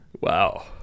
wow